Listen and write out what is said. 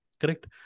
Correct